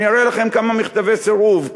אני אראה לכם כמה מכתבי סירוב,